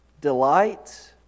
delight